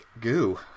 goo